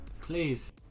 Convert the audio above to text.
Please